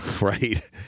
right